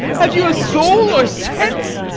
have you a soul or sense